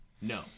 No